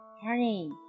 Honey